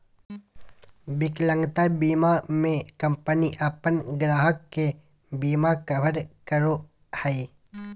विकलांगता बीमा में कंपनी अपन ग्राहक के बिमा कवर करो हइ